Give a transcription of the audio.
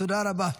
תודה רבה.